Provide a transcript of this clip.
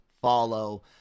follow